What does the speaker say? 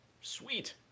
Sweet